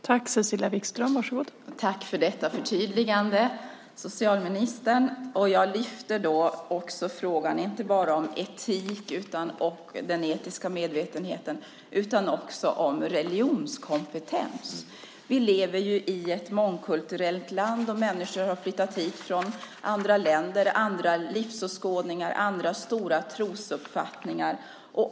Fru talman! Tack för detta förtydligande, socialministern! Jag lyfter också fram frågan inte bara om den etiska medvetenheten utan också om religionskompetens. Vi lever i ett mångkulturellt land. Människor har flyttat hit från andra länder med andra livsåskådningar och andra stora trosuppfattningar.